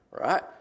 right